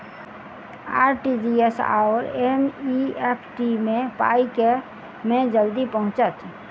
RTGS आओर NEFT मे पाई केँ मे जल्दी पहुँचत?